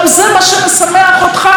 זה מה שמשמח אותך?